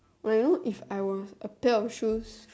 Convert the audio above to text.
!wow! you know if I were a pair of shoes